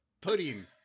Pudding